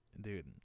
Dude